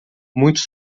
muitos